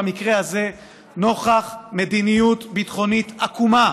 במקרה הזה נוכח מדיניות ביטחונית עקומה